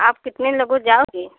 आप कितने लोग जाओगे